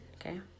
okay